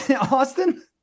Austin